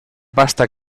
pasta